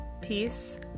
Peace